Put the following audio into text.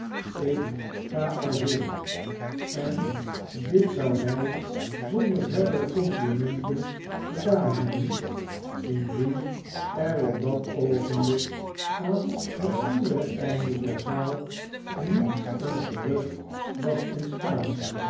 haredale ikg al heen en dit zou hij zonder verdere complimenten gedaan hebben indien er op dat oogenblik aan het andere einde der zaal t niet een gerucht was ontstaan